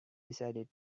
decided